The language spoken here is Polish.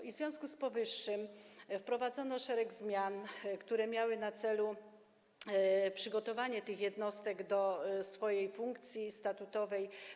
I w związku z powyższym wprowadzono szereg zmian, które miały na celu przygotowanie tych jednostek do funkcji statutowej.